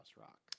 Rock